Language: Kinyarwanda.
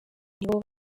nibo